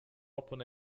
open